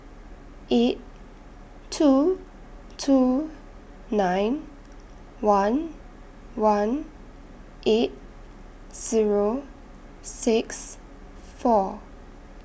eight two two nine one one eight Zero six four